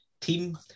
team